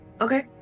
okay